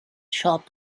shop